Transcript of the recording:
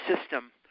system